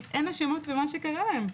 הן אשמות במה שקרה להן?